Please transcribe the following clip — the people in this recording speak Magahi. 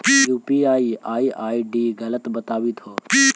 ई यू.पी.आई आई.डी गलत बताबीत हो